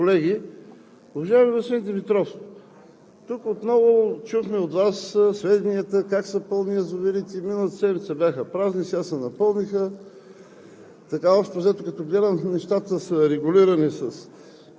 Уважаеми господа и госпожи Министри, уважаеми колеги! Уважаеми господин Димитров, от Вас отново чухме сведения как са пълни язовирите. Миналата седмица бяха празни, сега се напълниха